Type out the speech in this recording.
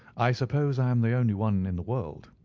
i suppose i am the only one in the world.